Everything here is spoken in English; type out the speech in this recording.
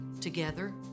Together